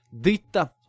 Dita